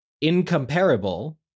incomparable